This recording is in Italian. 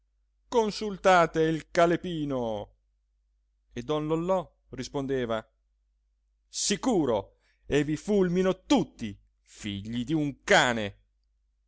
consultate il calepino e don lollò rispondeva sicuro e vi fulmino tutti figli d'un cane